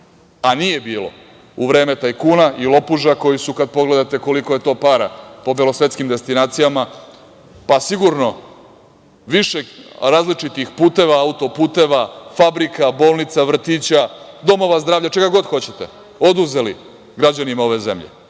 A nije bilo u vreme tajkuna i lopuža koji su, kad pogledate koliko je to para po belosvetskim destinacijama, pa sigurno više različitih puteva, auto-puteva, fabrika, bolnica, vrtića, domova zdravlja, čega god hoćete, oduzeli građanima ove zemlje.